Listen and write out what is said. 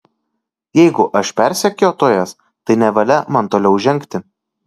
jeigu aš persekiotojas tai nevalia man toliau žengti